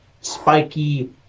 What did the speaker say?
spiky